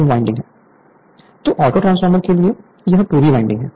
तो ऑटोट्रांसफॉर्मर के लिए यह पूरी वाइंडिंग है